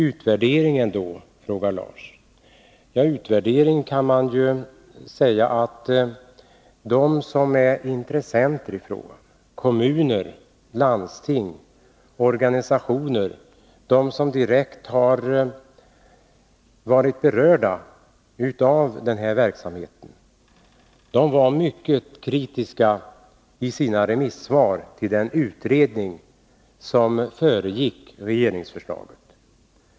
Utvärderingar då, frågar Larz Johansson. De som är intresserade av frågan — kommuner, landsting, organisationer, de som direkt har varit berörda av den här verksamheten — var mycket kritiska i sina remissvar till den utredning som föregick regeringsförslaget.